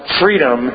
freedom